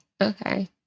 okay